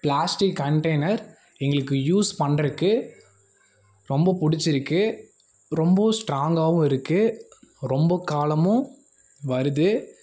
plastic container எங்களுக்கு use பண்ணுறக்கு ரொம்ப பிடிச்சிருக்கு ரொம்பவும் ஸ்ட்ராங்காகவும் இருக்குது ரொம்ப காலமும் வருது